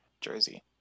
jersey